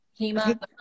HEMA